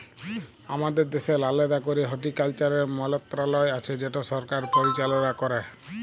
আমাদের দ্যাশের আলেদা ক্যরে হর্টিকালচারের মলত্রলালয় আছে যেট সরকার পরিচাললা ক্যরে